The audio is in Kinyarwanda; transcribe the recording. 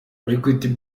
equity